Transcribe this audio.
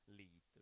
lead